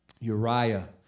Uriah